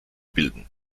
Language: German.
bilden